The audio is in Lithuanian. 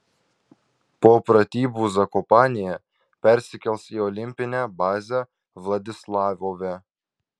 po pratybų zakopanėje persikels į olimpinę bazę vladislavove